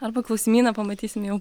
arba klausimyną pamatysim jau